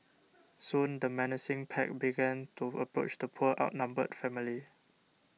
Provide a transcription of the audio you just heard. soon the menacing pack began to approach the poor outnumbered family